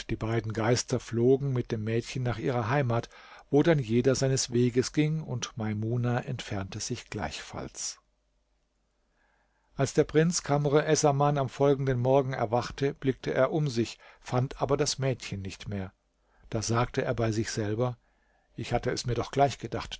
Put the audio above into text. die beiden geister flogen mit dem mädchen nach ihrer heimat wo dann jeder seines weges ging und maimuna entfernte sich gleichfalls als der prinz kamr essaman am folgenden morgen erwachte blickte er um sich fand aber das mädchen nicht mehr da sagte er bei sich selber ich hatte mir es doch gleich gedacht